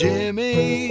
Jimmy